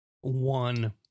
one